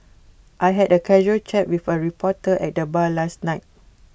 I had A casual chat with A reporter at the bar last night